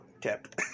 tip